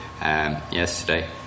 yesterday